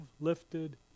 Lifted